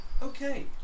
Okay